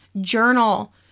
journal